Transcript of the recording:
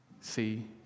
See